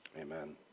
amen